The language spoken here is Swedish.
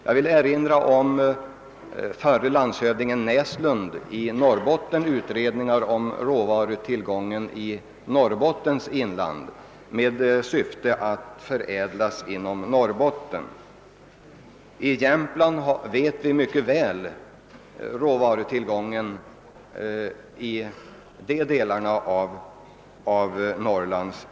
Jag vill erinra om den utredning som förre landshövdingen Näslund i Norrbotten lät utföra om råvarutillgången i Norrbottens inland med syfte att kunna förädla denna inom Norrbotten. I fråga om Jämtland känner vi mycket väl till råvarutillgången där.